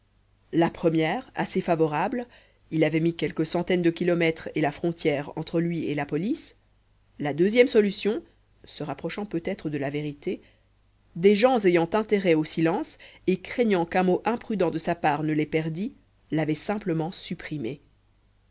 la première assez favorable il avait mis quelques centaines de kilomètres et la frontière entre lui et la police la deuxième solution se rapprochant peut-être de la vérité des gens ayant intérêt au silence et craignant qu'un mot imprudent de sa part ne les perdit l'avaient simplement supprimé